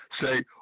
say